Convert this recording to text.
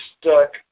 stuck